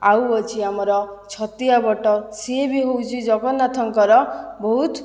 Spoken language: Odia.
ଆଉ ଅଛି ଆମର ଛତିଆ ବଟ ସେ ବି ହେଉଛି ଜଗନ୍ନାଥଙ୍କର ବହୁତ